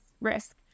risk